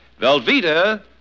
Velveeta